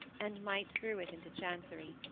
and might threw it into chancery.